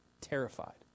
terrified